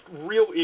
real